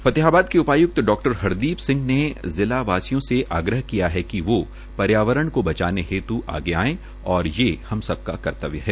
फतेहाबाद के उपाय्क्त डॉ हरदीप सिंह ने जिलावासियों से आग्रह किया है कि वो पर्यावरण को बचाने हेत् आगे आये और ये हम सबका कत्तव्य है